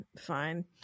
fine